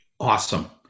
Awesome